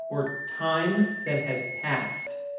or time that has passed.